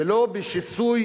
ולא בשיסוי